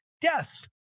death